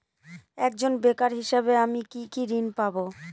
একজন বেকার হিসেবে আমি কি কি ঋণ পাব?